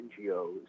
NGOs